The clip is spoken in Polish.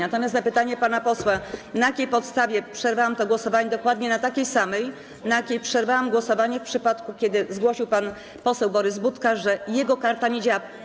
Natomiast na pytanie pana posła, na jakiej podstawie przerwałam to głosowanie - dokładnie na takiej samej, na jakiej przerwałam głosowanie, w przypadku kiedy pan poseł Borys Budka zgłosił, że jego karta nie działa.